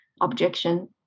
objection